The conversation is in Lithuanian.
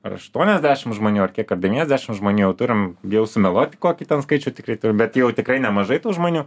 ar aštuoniasdešim žmonių ar kiek ar devyniasdešim žmonių jau turim bijau sumeluoti kokį ten skaičių tikrai turim bet jau tikrai nemažai tų žmonių